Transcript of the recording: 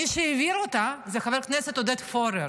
מי שהעביר אותו זה חבר הכנסת עודד פורר